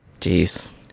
Jeez